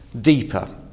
deeper